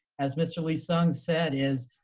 as mr. lee-sung said is,